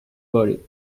body